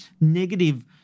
negative